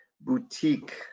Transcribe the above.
boutique